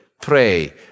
pray